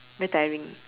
very tiring